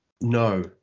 No